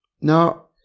Now